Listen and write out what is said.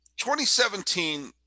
2017